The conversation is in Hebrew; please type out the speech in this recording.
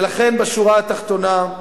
ולכן, בשורה התחתונה,